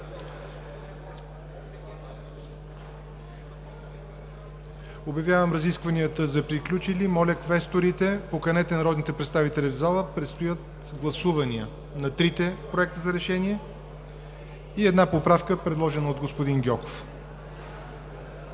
Обявявам разискванията за приключили. Моля, квесторите, поканете народните представители в залата – предстои гласуване на трите проекта за решение и една поправка, предложена от господин Гьоков.